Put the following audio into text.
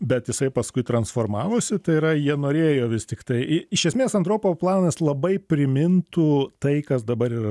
bet jisai paskui transformavosi tai yra jie norėjo vis tiktai iš esmės andropovo planas labai primintų tai kas dabar yra